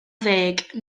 ddeg